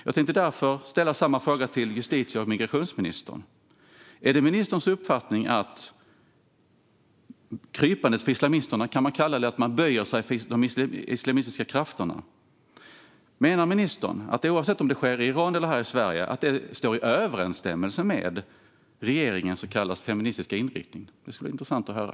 Jag tänkte därför ställa samma fråga till justitie och migrationsministern: Menar ministern att krypandet för islamisterna - man kan kalla det att man böjer sig för de islamistiska krafterna - oavsett om det sker i Iran eller här i Sverige står i överensstämmelse med regeringens så kallat feministiska inriktning? Det skulle vara intressant att höra.